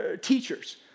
teachers